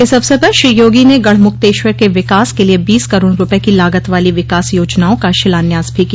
इस अवसर पर श्री योगी ने गढ़मुक्तेश्वर के विकास के लिए बीस करोड़ रूपये की लागत वाली विकास योजनाओं का शिलान्यास भी किया